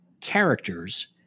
characters